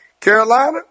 Carolina